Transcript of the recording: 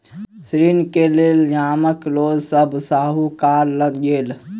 ऋण के लेल गामक लोक सभ साहूकार लग गेल